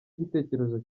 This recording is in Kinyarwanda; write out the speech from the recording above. igitekerezo